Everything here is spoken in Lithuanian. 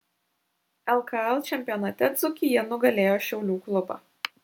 lkl čempionate dzūkija nugalėjo šiaulių klubą